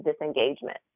disengagement